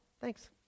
thanks